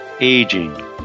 aging